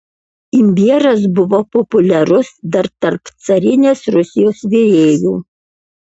imbieras buvo populiarus dar tarp carinės rusijos virėjų